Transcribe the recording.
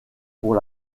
pour